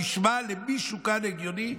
זה נשמע למישהו כאן הגיוני?